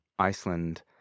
Iceland